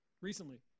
recently